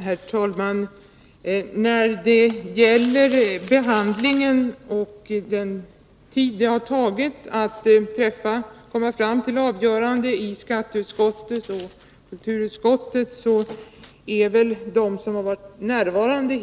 Herr talman! När det gäller behandlingen och den tid det har tagit att komma fram till ett avgörande i skatteutskottet och kulturutskottet, torde de som hittills varit närvarande